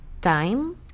time